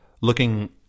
looking